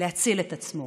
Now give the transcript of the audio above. להציל את עצמו.